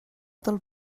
del